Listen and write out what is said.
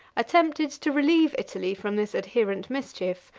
attempted to relieve italy from this adherent mischief,